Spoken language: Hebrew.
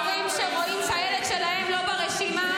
--- כל המציל נפש אחת,